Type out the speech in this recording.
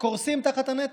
קורסים תחת הנטל.